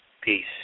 Peace